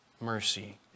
mercy